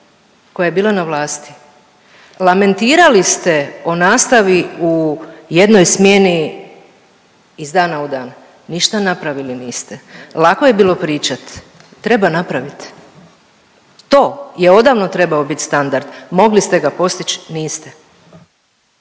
koja je bila na vlasti, lamentirali ste o nastavi u jednoj smjeni iz dana u dan, ništa napravili niste. Lako je bilo pričat, treba napravit. To je odavno trebao bit standard, mogli ste ga postić, niste.